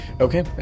Okay